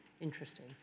interesting